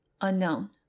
Unknown